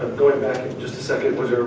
going back, just a second, was